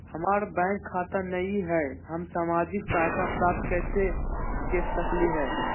हमार बैंक खाता नई हई, हम सामाजिक सहायता प्राप्त कैसे के सकली हई?